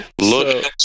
Look